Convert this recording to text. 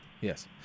yes